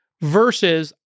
versus